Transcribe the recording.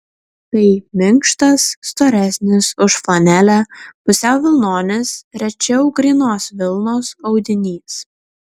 tai minkštas storesnis už flanelę pusiau vilnonis rečiau grynos vilnos audinys